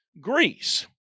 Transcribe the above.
Greece